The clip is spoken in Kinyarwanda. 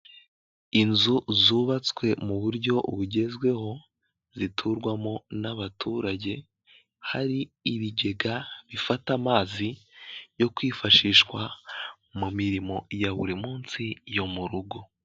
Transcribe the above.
Inzu zubatswe mu buryo bugezweho, ziturwamo n'abaturage, hari ibigega bifata amazi yo kwifashishwa mu mirimo ya buri munsi yo mu rugo.